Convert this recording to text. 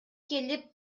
келип